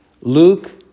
Luke